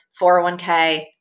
401k